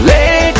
Let